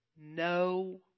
no